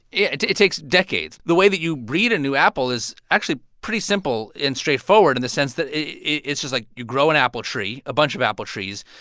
it it takes decades. the way that you breed a new apple is actually pretty simple and straightforward in the sense that it's just like you grow an apple tree a bunch of apple trees.